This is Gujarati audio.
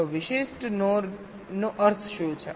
તો વિશિષ્ટ NOR નો અર્થ શું છે